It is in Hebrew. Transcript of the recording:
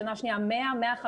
בשנה שנייה 100 מיליון,